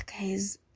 guys